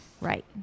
Right